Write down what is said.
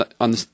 on